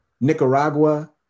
Nicaragua